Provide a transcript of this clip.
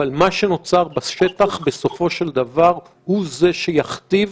אבל מה שנוצר בשטח בסופו של דבר הוא זה שיכתיב